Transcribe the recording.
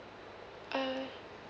uh